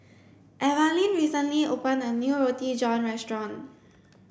Evalyn recently opened a new roti john restaurant